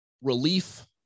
relief